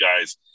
guys